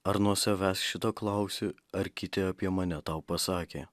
ar nuo savęs šito klausi ar kiti apie mane tau pasakė